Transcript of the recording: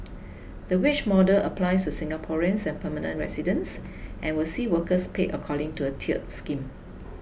the wage model applies to Singaporeans and permanent residents and will see workers paid according to a tiered scheme